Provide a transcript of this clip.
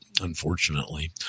unfortunately